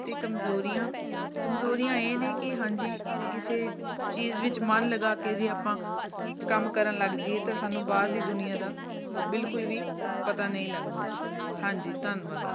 ਅਤੇ ਕਮਜ਼ੋਰੀਆਂ ਕਮਜ਼ੋਰੀਆਂ ਇਹ ਨੇ ਕਿ ਹਾਂਜੀ ਕਿਸੇ ਚੀਜ਼ ਵਿੱਚ ਮਨ ਲਗਾ ਕੇ ਜੇ ਆਪਾਂ ਕੰਮ ਕਰਨ ਲੱਗ ਜਾਈਏ ਤਾਂ ਸਾਨੂੰ ਬਾਹਰ ਦੀ ਦੁਨੀਆਂ ਦਾ ਬਿਲਕੁਲ ਵੀ ਪਤਾ ਨਹੀਂ ਲੱਗਦਾ ਹਾਂਜੀ ਧੰਨਵਾਦ